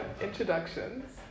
introductions